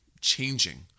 changing